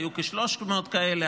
היו כ-300 כאלה,